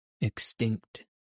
Extinct